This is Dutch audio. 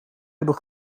hebben